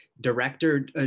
Director